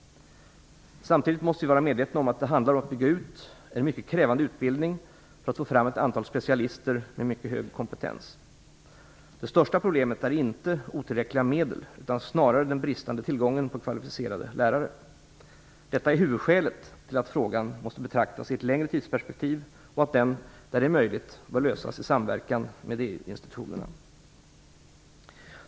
Samtidigt måste vi vara medvetna om att det handlar om att bygga ut en mycket krävande utbildning för att få fram ett antal specialister med mycket hög kompetens. Det största problemet är inte otillräckliga medel, utan snarare den bristande tillgången på kvalificerade lärare. Detta är huvudskälet till att frågan måste betraktas i ett längre tidsperspektiv och att den - där det är möjligt - bör lösas i samverkan med EU-institutionerna.